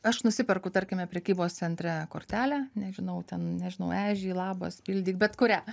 aš nusiperku tarkime prekybos centre kortelę nežinau ten nežinau ežį labas pildyk bet kurią